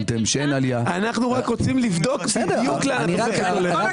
אנו רק רוצים לבדוק בדיוק לאן הולך.